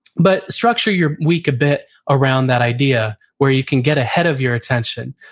but structure your week a bit around that idea where you can get ahead of your attention.